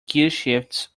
gearshifts